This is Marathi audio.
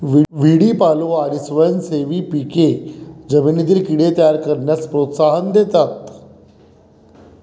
व्हीडी फॉलो आणि स्वयंसेवी पिके जमिनीतील कीड़े तयार करण्यास प्रोत्साहन देतात